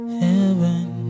heaven